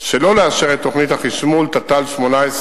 שלא לאשר את תוכנית החשמול, תת"ל 18,